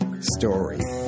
story